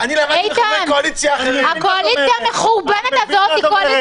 אני מוכן לעשות לכם קורס ניהול זמן.